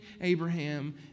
Abraham